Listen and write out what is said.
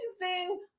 amazing